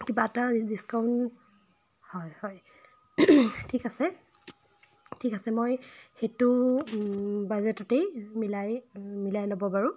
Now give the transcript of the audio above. কিবা এটা ডিচকাউণ্ট হয় হয় ঠিক আছে ঠিক আছে মই সেইটো বাজেটতেই মিলাই মিলাই ল'ব বাৰু